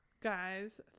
guys